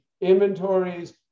inventories